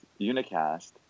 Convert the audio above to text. Unicast